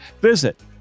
Visit